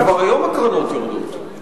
כבר היום הקרנות יורדות,